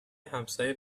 همسایه